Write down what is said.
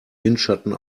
windschatten